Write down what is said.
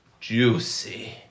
juicy